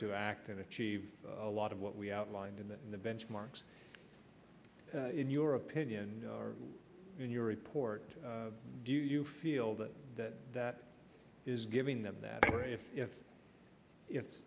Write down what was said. to act and achieve a lot of what we outlined in the benchmarks in your opinion or in your report do you feel that that that is giving them that if if if